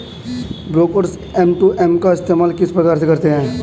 Brokers M to M का इस्तेमाल किस प्रकार से करते हैं?